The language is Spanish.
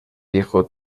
viejo